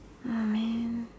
oh man